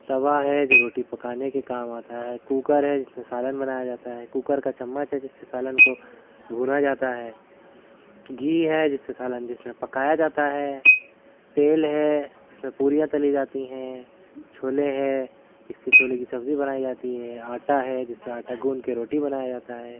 توا ہے جو روٹی پکانے کے کام آتا ہے کوکر ہے جس میں سالن بنایا جاتا ہے کوکر کا چمچ ہے جس سے سالن کو بھونا جاتا ہے گھی ہے جس سے سالن جس میں پکایا جاتا ہے تیل ہے جس میں پوریاں تلی جاتی ہیں چھولے ہے جس سے چھولے کی سبزی بنائی جاتی ہے آٹا ہے جس سے آٹا گوندھ کے روٹی بنائی جاتا ہے